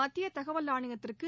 மத்திய தகவல் ஆணையத்திற்கு